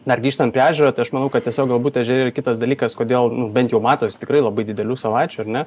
dar grįžtant prie ežero tai aš manau kad tiesiog galbūt ežere yra kitas dalykas kodėl bent jau matos tikrai labai didelių salačių ar ne